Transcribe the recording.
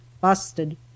Busted